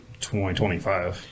2025